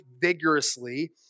vigorously